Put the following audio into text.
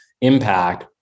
impact